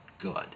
good